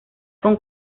con